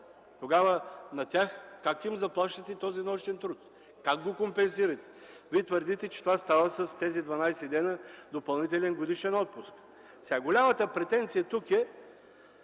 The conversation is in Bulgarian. Тогава как ще заплащате на тях нощен труд? Как го компенсирате? Вие твърдите, че това става с тези 12 дни допълнителен годишен отпуск. Голямата претенция тук е,